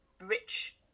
rich